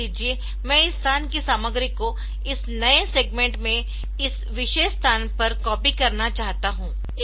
मान लीजिए मैं इस स्थान की सामग्री को इस नए सेगमेंट में इस विशेष स्थान पर कॉपी करना चाहता हूं